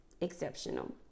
exceptional